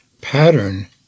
pattern